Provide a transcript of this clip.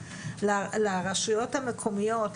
לרשויות המקומיות,